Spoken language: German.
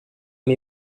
nur